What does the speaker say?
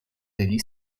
degli